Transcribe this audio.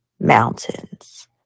Mountains